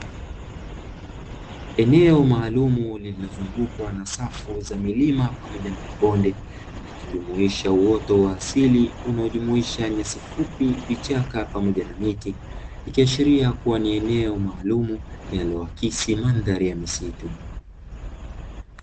Eneo maalumu lililozungukwa na safu za milima pamoja na mabonde, yakijumuisha uoto wa asili unaojumuisha nyasi fupi, vichaka pamoja na miti; ikiashiria kuwa ni eneo maalumu linaloakisia mandhari ya misitu.